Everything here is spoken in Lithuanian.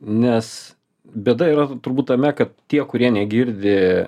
nes bėda yra turbūt tame kad tie kurie negirdi